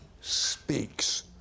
Speaks